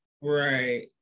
right